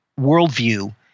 worldview –